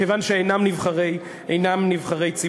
כיוון שאינם נבחרי ציבור.